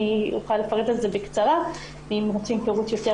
אני אוכל לפרט בקצרה אבל אם רוצים לשמוע יתר פירוט,